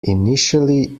initially